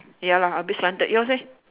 ya lah a bit slanted yours eh